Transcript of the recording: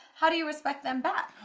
how do you respect them back?